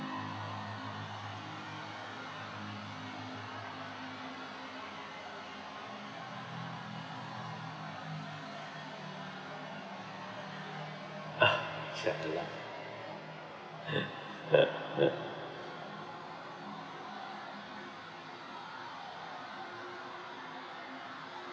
jialat